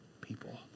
people